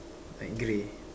I agree